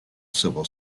civil